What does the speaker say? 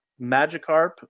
magikarp